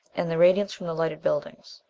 and the radiance from the lighted buildings.